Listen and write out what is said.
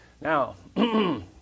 Now